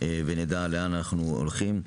ונדע לאן אנחנו הולכים,